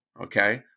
okay